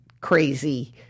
crazy